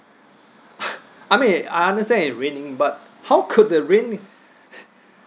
I mean I understand it raining but how could the rain